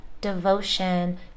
devotion